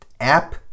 app